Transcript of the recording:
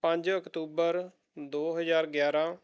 ਪੰਜ ਅਕਤੂਬਰ ਦੋ ਹਜ਼ਾਰ ਗਿਆਰ੍ਹਾਂ